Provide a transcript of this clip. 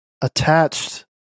attached